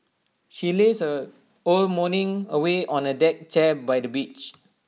she lazed her own morning away on A deck chair by the beach